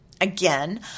again